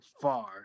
far